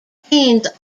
haines